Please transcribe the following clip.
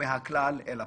ומהכלל אל הפרט.